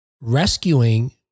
rescuing